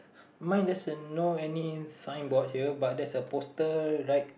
mine there's a no any signboard here but there's a poster right